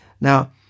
now